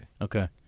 Okay